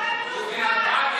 היושב-ראש,